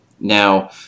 Now